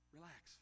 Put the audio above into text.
Relax